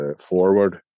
forward